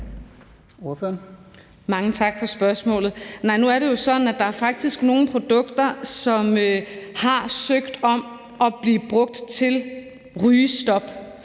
Mange tak for spørgsmålet. Nej, nu er det jo sådan, at der faktisk er nogle producenter, som har søgt om, at deres produkter